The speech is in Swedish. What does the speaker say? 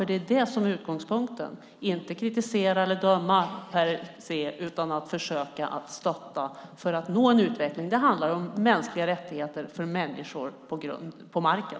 Det är det som är utgångspunkten - inte att kritisera eller döma per se utan att försöka stötta för att nå en utveckling. Det handlar om mänskliga rättigheter för människor på marken.